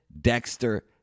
Dexter